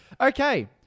Okay